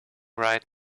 right